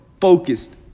focused